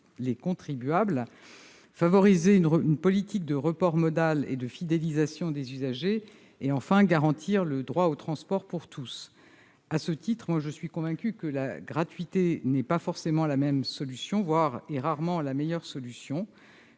seuls contribuables, favoriser une politique de report modal et de fidélisation des usagers, garantir le droit aux transports pour tous. À ce titre, je suis convaincue que la gratuité n'est pas forcément la meilleure solution ; elle l'est même rarement. La mise en